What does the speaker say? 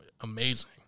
amazing